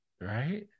Right